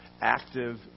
active